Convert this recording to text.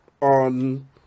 on